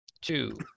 Two